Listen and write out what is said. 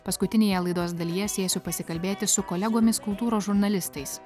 paskutinėje laidos dalyje sėsiu pasikalbėti su kolegomis kultūros žurnalistais